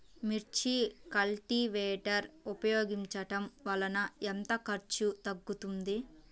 మిర్చి కల్టీవేటర్ ఉపయోగించటం వలన ఎంత ఖర్చు తగ్గుతుంది?